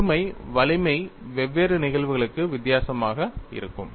ஒருமை வலிமை வெவ்வேறு நிகழ்வுகளுக்கு வித்தியாசமாக இருக்கும்